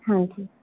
ਹਾਂਜੀ